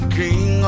king